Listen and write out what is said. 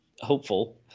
hopeful